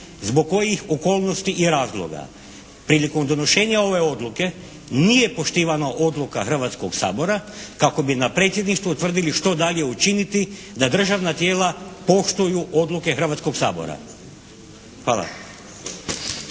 zbog kojih okolnosti i razloga prilikom donošenja ove odluke nije poštivana odluka Hrvatskoga sabora kako bi na Predsjedništvu utvrdili što dalje učiniti da državna tijela poštuju odluke Hrvatskoga sabora. Hvala.